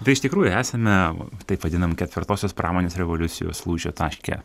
tai iš tikrųjų esame taip vadinam ketvirtosios pramonės revoliucijos lūžio taške